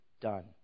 done